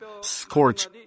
scorch